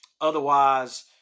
otherwise